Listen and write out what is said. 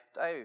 out